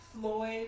Floyd